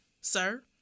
sir